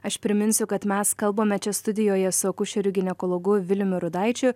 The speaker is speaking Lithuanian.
aš priminsiu kad mes kalbame čia studijoje su akušeriu ginekologu viliumi rudaičiu